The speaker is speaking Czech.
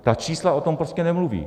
Ta čísla o tom prostě nemluví.